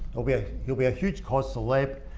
he'll be he'll be a huge cause celebre.